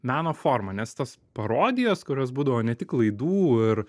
meno formą nes tos parodijos kurios būdavo ne tik laidų ir